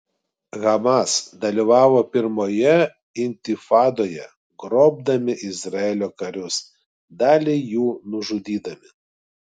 hamas dalyvavo pirmoje intifadoje grobdami izraelio karius dalį jų nužudydami